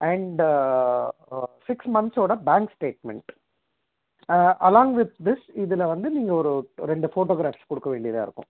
and six months ஓட bank statement along with this இதில் வந்து நீங்கள் ஒரு ரெண்டு ஃபோட்டோகிராப் குடுக்க வேண்டியதாக இருக்கும்